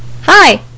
Hi